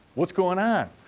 what's going on?